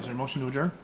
and motion to adjure?